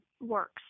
works